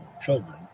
Children